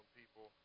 people